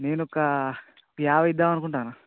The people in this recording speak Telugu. నేనొక యాభై ఇద్దాం అనుకుంటున్నా